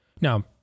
now